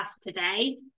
today